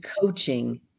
coaching